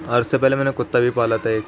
اور اس سے پہلے میں نے کتا بھی پالا تھا ایک